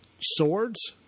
swords